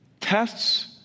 tests